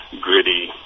gritty